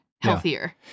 healthier